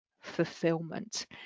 fulfillment